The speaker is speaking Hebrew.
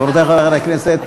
חברותי וחברי חברי הכנסת,